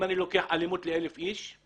אם אני לוקח אלימות ל-1,000 אנשים,